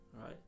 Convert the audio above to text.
right